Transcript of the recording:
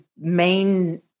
main